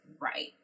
right